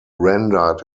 rendered